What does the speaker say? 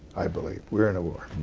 i believe. we're in a war,